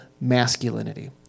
masculinity